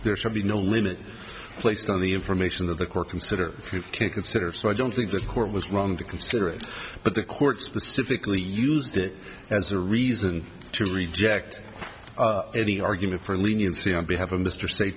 there should be no limit placed on the information to the court consider if you can't have sort of so i don't think the court was wrong to consider it but the court specifically used it as a reason to reject any argument for leniency on behalf of mr say